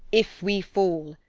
if we fall,